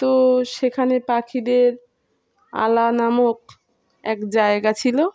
তো সেখানে পাখিদের আলা নামক এক জায়গা ছিলো